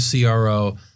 CRO